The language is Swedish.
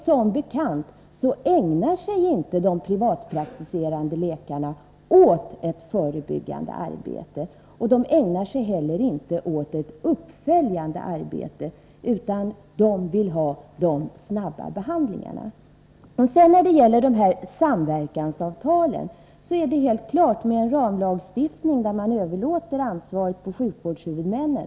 Som bekant ägnar sig inte de privatpraktiserande läkarna åt ett förebyggande arbete. De ägnar sig heller inte åt ett uppföljande arbete, utan de vill endast åta sig de snabba behandlingarna. För samverkansavtalen gäller en tydlig ramlagstiftning, där ansvaret överlåts på sjukvårdshuvudmännen.